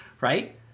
right